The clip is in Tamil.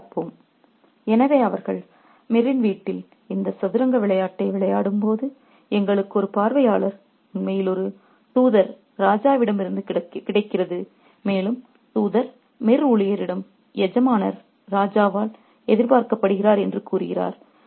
ரெபஃர் ஸ்லைடு டைம் 1607 எனவே அவர்கள் மீரின் வீட்டில் இந்த சதுரங்க விளையாட்டை விளையாடும்போது எங்களுக்கு ஒரு பார்வையாளர் உண்மையில் ஒரு தூதர் ராஜாவிடமிருந்து கிடைக்கிறது மேலும் தூதர் மிர் ஊழியரிடம் எஜமானர் ராஜாவால் எதிர்பார்க்கப்படுகிறார் என்று கூறுகிறார்